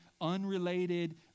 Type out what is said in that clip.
unrelated